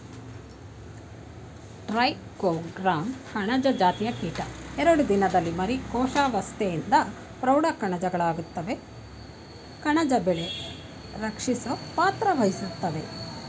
trichogramma ಕಣಜ ಜಾತಿಯ ಕೀಟ ಎರಡು ದಿನದಲ್ಲಿ ಮರಿ ಕೋಶಾವಸ್ತೆಯಿಂದ ಪ್ರೌಢ ಕಣಜಗಳಾಗುತ್ವೆ ಕಣಜ ಬೆಳೆ ರಕ್ಷಿಸೊ ಪಾತ್ರವಹಿಸ್ತವೇ